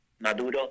Maduro